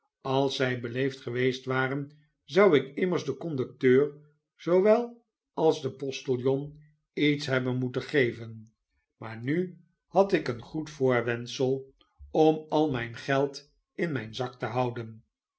als zij beleefd geweest waren zou ik immers den conducteur zoowel als den postiljon iets hebben moeten geven maar nu had ik een goed voorwendsel om al mijn geld in myn zak te houden